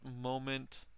moment